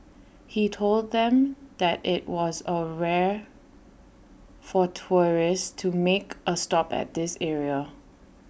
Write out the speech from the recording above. he told them that IT was A rare for tourists to make A stop at this area